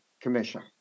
commission